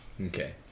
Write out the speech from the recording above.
Okay